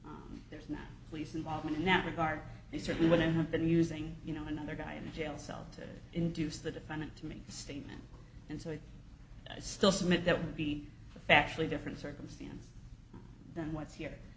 me there's no police involvement in that regard he certainly wouldn't have been using you know another guy in a jail cell to induce the defendant to make a statement and so it still submit that would be factually different circumstance than what's here